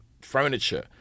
furniture